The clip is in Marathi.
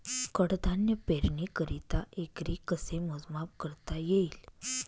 कडधान्य पेरणीकरिता एकरी कसे मोजमाप करता येईल?